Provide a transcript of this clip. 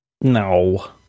No